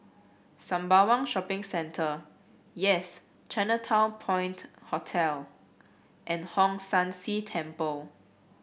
Sembawang Shopping Centre Yes Chinatown Point Hotel and Hong San See Temple